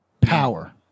Power